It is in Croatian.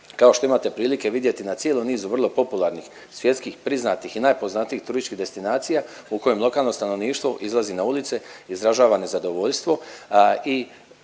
kao što imate prilike vidjeti na cijelom nizu vrlo popularnih svjetskih priznatih i najpoznatijih turističkih destinacija u kojem lokalno stanovništvo izlazi na ulice, izražava nezadovoljstvo